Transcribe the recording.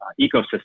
ecosystem